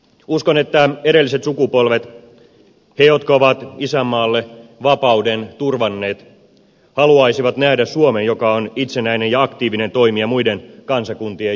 uskon että edelliset sukupolvet he jotka ovat isänmaalle vapauden turvanneet haluaisivat nähdä suomen joka on itsenäinen ja aktiivinen toimija muiden kansakuntien joukossa